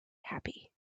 happy